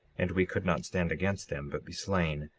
and we could not stand against them, but be slain,